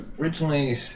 originally